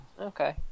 Okay